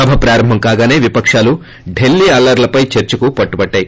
సభ ప్రారంభం కాగాసే విపకాలు ఢిల్లీ అల్లర్లపై చర్చకు పట్టుబట్టాయి